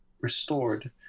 restored